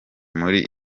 muri